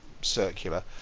circular